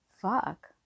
fuck